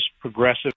progressive